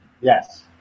Yes